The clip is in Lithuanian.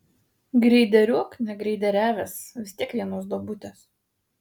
greideriuok negreideriavęs vis tiek vienos duobutės